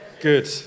Good